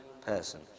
person